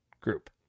group